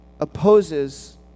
opposes